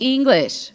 English